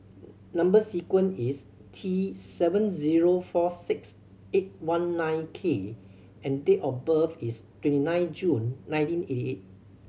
number sequence is T seven zero four six eight one nine K and date of birth is twenty nine June nineteen eighty eight